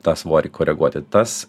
tą svorį koreguoti tas